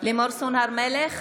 לימור סון הר מלך,